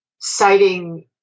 citing